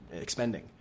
expending